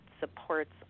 supports